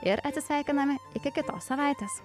ir atsisveikiname iki kitos savaitės